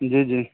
جی جی